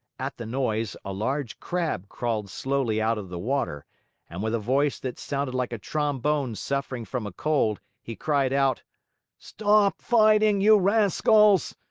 at the noise, a large crab crawled slowly out of the water and, with a voice that sounded like a trombone suffering from a cold, he cried out stop fighting, you rascals!